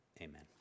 Amen